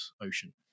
ocean